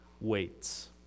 weights